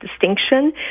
distinction